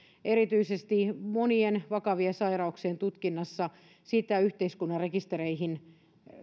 erityisesti monien vakavien sairauksien tutkinnassa sitä yhteiskunnan rekistereihin